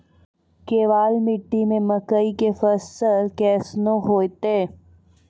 केवाल मिट्टी मे मकई के फ़सल कैसनौ होईतै?